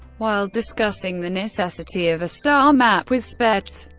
while discussing the necessity of a star map with spaihts,